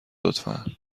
لطفا